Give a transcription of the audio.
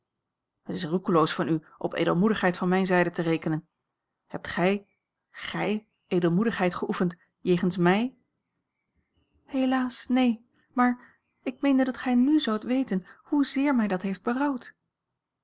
roekeloos van u op edelmoedigheid van mijne zijde te rekenen hebt gij gij edelmoedigheid geoefend jegens mij a l g bosboom-toussaint langs een omweg helaas neen maar ik meende dat gij n zoudt weten hoezeer mij dat heeft